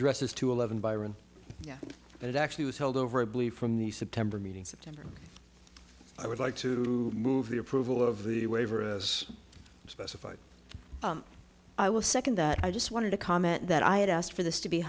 addresses to eleven byron yes but it actually was held over a bleed from the september meeting september i would like to move the approval of the waiver as specified i will second that i just wanted to comment that i had asked for this to be